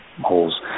holes